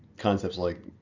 concepts like